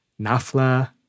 Nafla